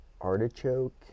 artichoke